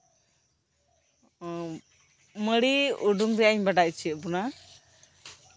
ᱚᱸᱜ ᱢᱟᱹᱲᱤ ᱩᱰᱩᱝ ᱨᱮᱭᱟᱜ ᱤᱧ ᱵᱟᱲᱟᱭ ᱦᱚᱪᱚᱭᱮᱫ ᱵᱚᱱᱟ